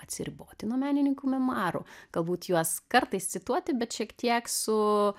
atsiriboti nuo menininkų memuarų galbūt juos kartais cituoti bet šiek tiek su